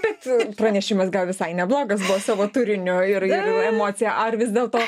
bet pranešimas gal visai neblogas buvo savo turiniu ir ir emocija ar vis dėlto